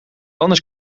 anders